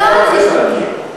לא הבנתי.